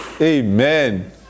Amen